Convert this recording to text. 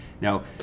Now